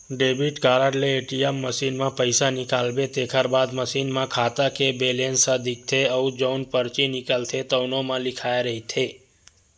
debit card ले ATM machine म पइसा निकालबे तेखर बाद मसीन म खाता के बेलेंस ह दिखथे अउ जउन परची निकलथे तउनो म लिखाए रहिथे